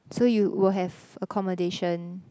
so you will have accommodation